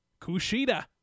Kushida